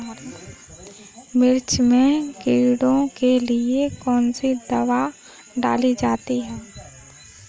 मिर्च में कीड़ों के लिए कौनसी दावा डाली जाती है?